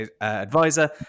advisor